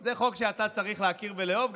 זה חוק שאתה צריך להכיר ולאהוב,